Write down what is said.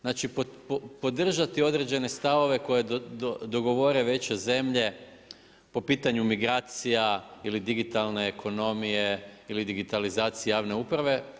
Znači podržati određene stavove koje dogovore veće zemlje po pitanju migracija ili digitalne ekonomije ili digitalizacije javne uprave.